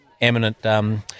eminent